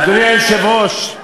אדוני היושב-ראש,